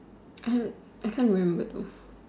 I don't I can't remember though